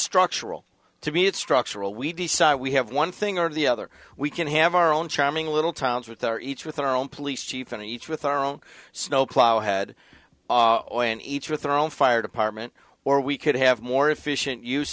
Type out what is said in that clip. structural to me it's structural we decide we have one thing or the other we can have our own charming little towns with our each with our own police chief and each with our own snowplow had each with our own fire department or we could have more efficient use